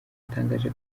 yatangaje